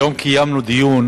היום קיימנו דיון